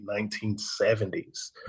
1970s